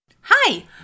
Hi